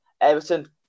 Everton